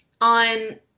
on